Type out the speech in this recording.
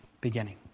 beginning